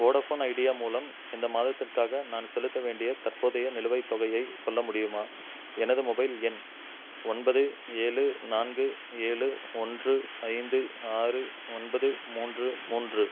Vodafone Idea மூலம் இந்த மாதத்திற்காக நான் செலுத்த வேண்டிய தற்போதைய நிலுவைத் தொகையை சொல்ல முடியுமா எனது மொபைல் எண் ஒன்பது ஏழு நான்கு ஏழு ஒன்று ஐந்து ஆறு ஒன்பது மூன்று மூன்று